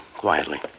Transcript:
quietly